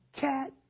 Cat